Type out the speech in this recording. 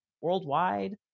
worldwide